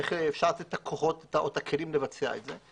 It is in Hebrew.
איך אפשר לתת את הכוחות או את הכלים לבצע את זה.